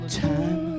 time